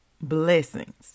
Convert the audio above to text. blessings